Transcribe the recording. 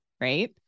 right